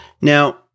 Now